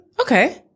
Okay